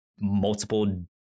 multiple